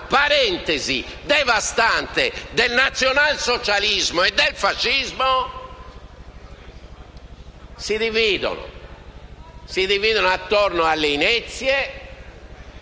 parentesi devastante del nazionalsocialismo e del fascismo - si dividono attorno alle inezie,